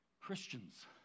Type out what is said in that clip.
Christians